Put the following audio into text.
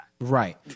Right